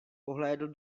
pohlédl